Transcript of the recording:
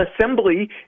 assembly